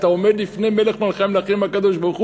אתה עומד לפני מלך מלכי המלכים הקדוש-ברוך-הוא,